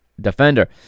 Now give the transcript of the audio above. defender